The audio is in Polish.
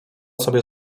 sobie